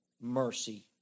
mercy